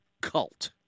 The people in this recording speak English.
cult